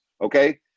okay